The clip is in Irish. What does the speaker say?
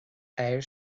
air